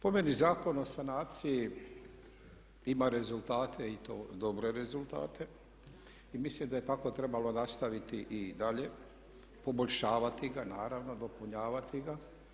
Po meni Zakon o sanaciji ima rezultate i to dobre rezultate i mislim da je tako trebalo nastaviti i dalje poboljšavati ga naravno, dopunjavati ga.